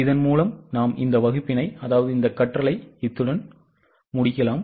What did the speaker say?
இதன் மூலம் நாம் இந்த வகுப்பை முடிக்கலாம்